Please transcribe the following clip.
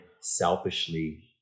selfishly